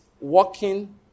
working